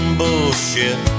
bullshit